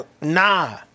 Nah